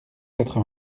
quatre